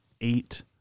eight